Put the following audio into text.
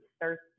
thirsty